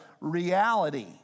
reality